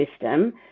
system